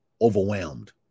overwhelmed